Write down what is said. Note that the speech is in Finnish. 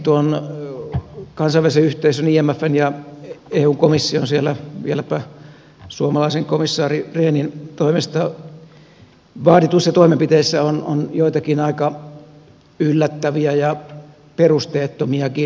ensinnäkin kansainvälisen yhteisön imfn ja eun komission siellä vieläpä suomalaisen komissaari rehnin toimesta vaatimissa toimenpiteissä on joitakin aika yllättäviä ja perusteettomiakin asioita